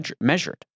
measured